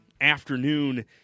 afternoon